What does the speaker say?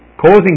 causing